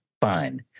fine